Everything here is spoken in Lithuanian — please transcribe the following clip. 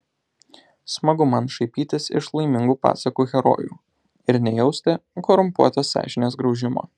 smagu man šaipytis iš laimingų pasakų herojų ir nejausti korumpuotos sąžinės graužimo